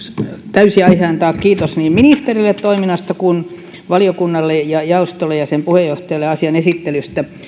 täysi aihe antaa kiitos niin ministerille toiminnasta kuin valiokunnalle ja jaostolle ja sen puheenjohtajalle asian esittelystä